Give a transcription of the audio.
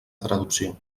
traducció